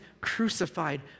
crucified